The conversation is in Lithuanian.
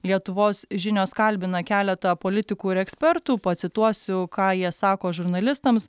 lietuvos žinios kalbina keletą politikų ir ekspertų pacituosiu ką jie sako žurnalistams